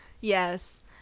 yes